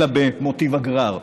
אלא במוטיב הגרר.